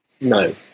no